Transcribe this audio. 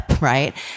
right